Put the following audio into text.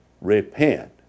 repent